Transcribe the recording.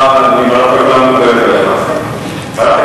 לוועדת